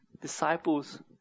disciple's